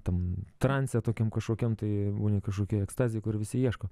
tam transe tokiam kažkokiam tai būni kažkokioj ekstazėj kur visi ieško